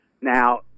Now